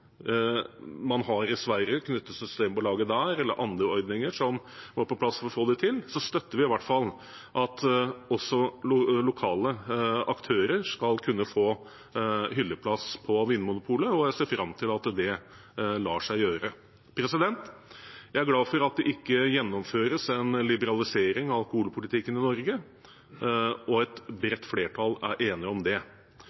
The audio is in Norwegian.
man har i Sverige, knyttet til Systembolaget der, eller andre ordninger som må på plass for å få det til, støtter vi i hvert fall at også lokale aktører skal kunne få hylleplass på Vinmonopolet, og jeg ser fram til at det lar seg gjøre. Jeg er glad for at det ikke gjennomføres en liberalisering av alkoholpolitikken i Norge, og at et